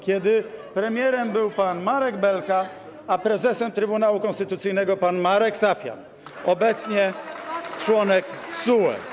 kiedy premierem był pan Marek Belka, a prezesem Trybunału Konstytucyjnego pan Marek Safjan, obecnie członek TSUE.